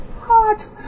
Hot